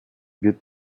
wird